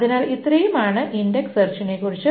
അതിനാൽ ഇത്രയുമാണ് ഇൻഡക്സ് സെർച്ചിനെക്കുറിച്ച്